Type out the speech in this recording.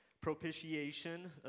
Propitiation